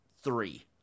three